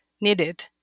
needed